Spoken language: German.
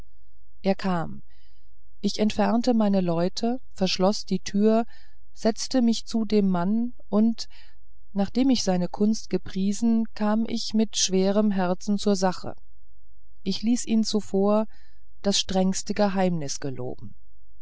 er kam ich entfernte meine leute verschloß die tür setzte mich zu dem mann und nachdem ich seine kunst gepriesen kam ich mit schwerem herzen zur sache ich ließ ihn zuvor das strengste geheimnis geloben